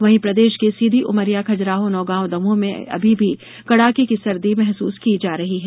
वहीं प्रदेश के सीधी उमरिया खजुराहो नौगांव और दमोह में अभी भी कड़ाके की सर्दी महसूस की जा रही है